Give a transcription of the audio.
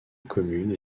communes